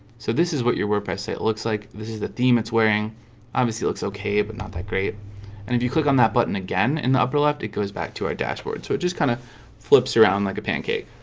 so this is what your work i say it looks like this is the theme it's wearing obviously looks ok, but not that great and if you click on that button again in the upper left it goes back to our dashboard so it just kind of flips around like a pancake